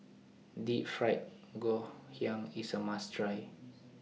Deep Fried Ngoh Hiang IS A must Try